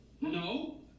No